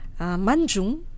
Manjung